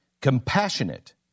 compassionate